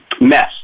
mess